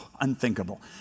unthinkable